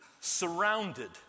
Surrounded